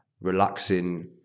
relaxing